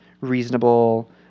reasonable